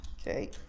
Okay